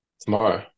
tomorrow